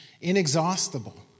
inexhaustible